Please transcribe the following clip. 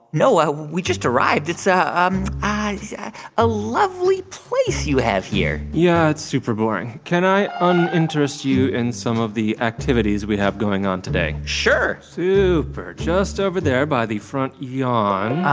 no. ah we just arrived. it's ah um a yeah ah lovely place you have here yeah, it's super boring. can i uninterest you in some of the activities we have going on today? sure super. just over there by the front yawn.